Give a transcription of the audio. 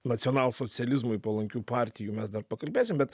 nacionalsocializmui palankių partijų mes dar pakalbėsim bet